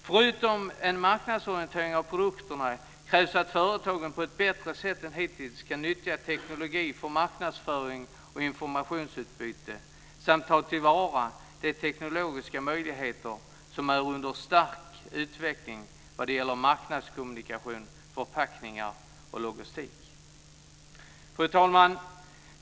Förutom en marknadsorientering av produkterna krävs att företagen på ett bättre sätt än hittills kan nyttja teknologi för marknadsföring och informationsutbyte samt ta till vara de teknologiska möjligheter som är under stark utveckling vad gäller marknadskommunikation, förpackningar och logistik. Fru talman!